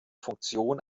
funktion